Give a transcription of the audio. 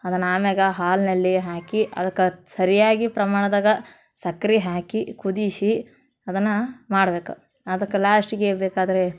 ಅದನ್ನು ಆಮ್ಯಾಲ ಹಾಲಿನಲ್ಲಿ ಹಾಕಿ ಅದಕ್ಕೆ ಸರಿಯಾಗಿ ಪ್ರಮಾಣ್ದಾಗೆ ಸಕ್ರೆ ಹಾಕಿ ಕುದಿಸಿ ಅದನ್ನು ಮಾಡ್ಬೇಕು ಅದಕ್ಕೆ ಲಾಸ್ಟಿಗೆ ಬೇಕಾದರೆ